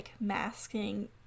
masking